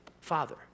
Father